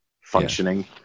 functioning